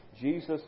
Jesus